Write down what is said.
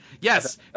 Yes